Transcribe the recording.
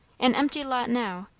an empty lot now,